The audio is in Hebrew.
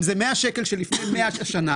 אם זה 100 שקל של לפני 100 שנה,